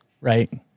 right